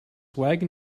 wagon